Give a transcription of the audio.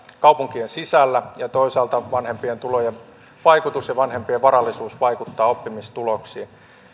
kaupunkien sisällä ja toisaalta vanhempien tulot ja vanhempien varallisuus vaikuttavat oppimistuloksiin